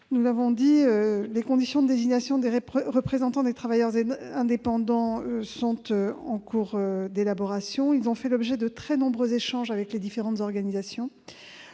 vous indique que les conditions de désignation des représentants des travailleurs indépendants sont en cours d'élaboration. Ils ont fait l'objet de très nombreux échanges avec les différentes organisations.